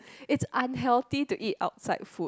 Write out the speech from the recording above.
is unhealthy to eat outside food